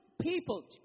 people